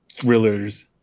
thrillers